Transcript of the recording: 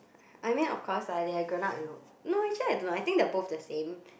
I mean of course ah they're grown up you know no actually I do not I think they're both the same